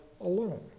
alone